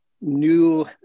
new